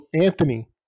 Anthony